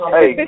Hey